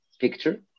picture